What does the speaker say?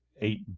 eight